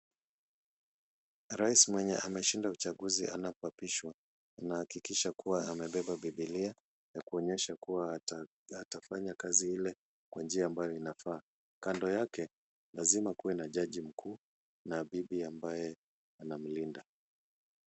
Rais mwenye ameshinda uchaguzi anapoapishwa tunahakikisha kuwa amebeba bibilia ya kuonyesha kuwa atafanya kazi ile kwa njia ambayo inafaa. Kando yake lazima kuwe na jaji mkuu na bibi ambaye anamlinda.